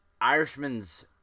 Irishman's